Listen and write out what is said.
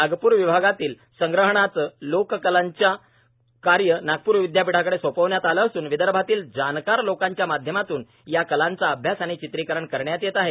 नागपूर विभागातील लोककलांच्या संग्रहाच कार्य नागपूर विद्यापीठाकडे सोपविण्यात आले असून विदर्भातील जाणकार लोकांच्या माध्यमातून या कलाचा अभ्यास आणि चित्रिकरण करण्यात येत आहे